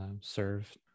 serve